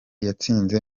yatsinze